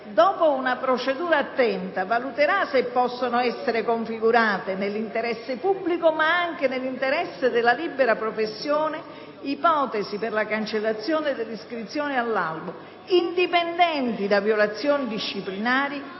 dopo una procedura attenta, valuterà «se possano essere configurate, nell'interesse pubblico» ma anche nell'interesse «della libera professione di avvocato, ipotesi per la cancellazione della iscrizione all'albo, indipendenti da violazioni disciplinari